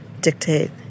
dictate